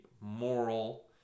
moral